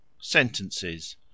Sentences